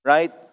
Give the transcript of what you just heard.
Right